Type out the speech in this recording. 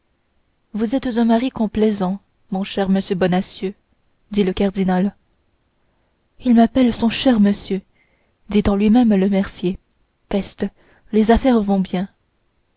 vous êtes un mari complaisant mon cher monsieur bonacieux dit le cardinal il m'appelle son cher monsieur dit en lui-même le mercier peste les affaires vont bien